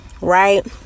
right